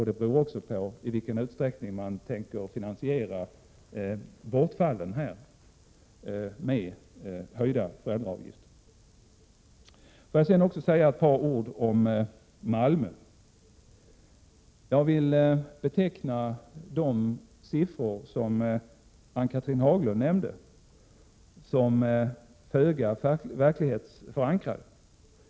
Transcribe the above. Det beror också på i vilken utsträckning man tänker finansiera det bortfall som uppstår med höjda föräldraavgifter. Låt mig sedan också säga ett par ord om Malmö. Jag vill beteckna de siffror som Ann-Cathrine Haglund nämnde som föga verklighetsförankrade.